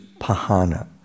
pahana